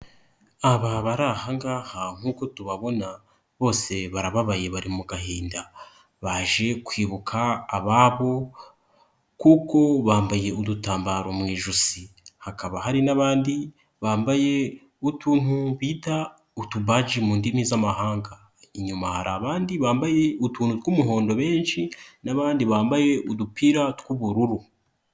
Aba bari ahaha nk'uko tubabona bose barababaye bari mu gahinda. Baje kwibuka ababo kuko bambaye udutambaro mu ijosi, hakaba hari n'abandi bambaye utuntu bita utubaji mu ndimi z'amahanga. Inyuma hari abandi bambaye utuntu tw'umuhondo benshi, n'abandi bambaye udupira tw'ubururu.